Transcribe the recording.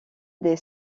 des